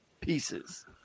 Pieces